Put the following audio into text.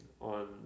On